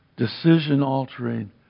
Decision-altering